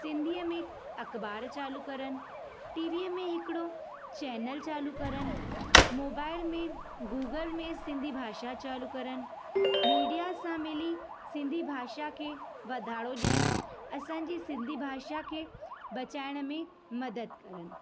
सिंधीअ में अखबार चालू करनि टीवीअ में हिकिड़ो चैनल चालू करनि मोबाइल में गूगल में सिंधी भाषा चालू करनि मीडिया सां मिली सिंधी भाषा खे वधारो ॾियनि असांजी सिंधी भाषा खे बचाइण में मदद करनि